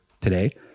today